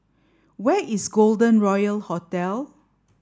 where is Golden Royal Hotel